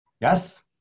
Yes